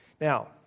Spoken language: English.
Now